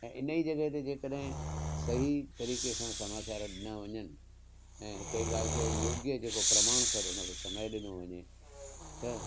ऐं हिन ई जॻह ते जे कॾहिं सही तरीक़े सां समाचार ॾिना वञनि ऐं हिकु ई ॻाल्हि खे योग्य जेको प्रमाण सर हुनखे समय ॾिनो वञे त